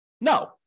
No